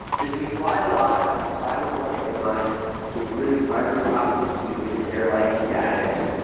but if you fly a lot and you fly with one airline and you really climb to the top of the heap, which is airline status,